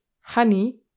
honey